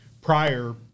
prior